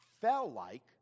fell-like